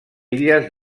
illes